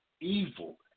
evil